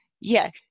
Yes